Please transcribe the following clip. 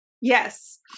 Yes